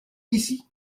ici